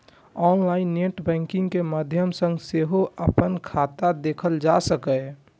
online net banking के माध्यम सं सेहो अपन खाता देखल जा सकैए